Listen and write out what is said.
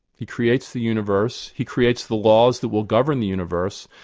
he creates the universe, he creates the laws that will govern the universe,